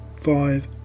five